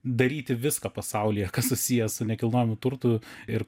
daryti viską pasaulyje kas susiję su nekilnojamu turtu ir